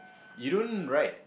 you don't ride